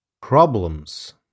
Problems